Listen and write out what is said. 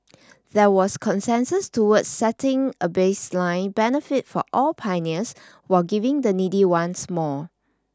there was consensus towards setting a baseline benefit for all pioneers while giving the needy ones more